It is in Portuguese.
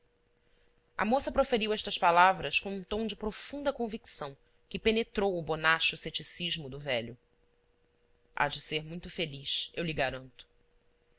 a moça proferiu estas palavras com um tom de profunda convicção que penetrou o bonacho ceticismo do velho há de ser muito feliz eu lhe garanto